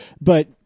But-